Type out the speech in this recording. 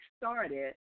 started